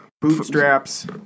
bootstraps